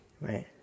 right